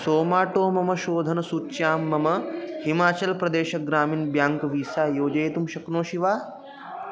somato मम शोधनसूच्यां मम हिमाचल् प्रदेशः ग्रामिन् बेङ्क् वीसा योजयितुं शक्नोषि वा